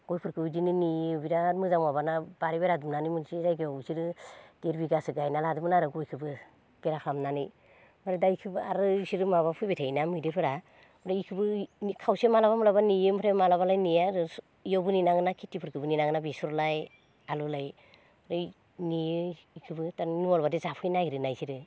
गयफोरखो इदिनो नेयो बिराद मोजां माबाना बारि बेरा दुमनानै मोनसे जायगायाव इसोरो देरबिगासो गायना लादोंमोन आरो गयखोबो बेरा खालामनानै आरो दा इखोबो आरो ऐसोरो माबा फैबाय थायोना मैदेरफोरा ओमफाय इखोबो इनि खावसे माब्लाबा माब्लाबा नेयो माब्लाबा माब्लाबा नेआ आरो इयावबो नेनांगो ना खिथिफोरखोबो नेनाङो बेसरलाय आलुलाय ओमफाय नेयो इखोबो थारमाने नङाब्लाथाय जाफैनो नागेरो ना इसोरो